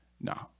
no